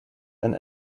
and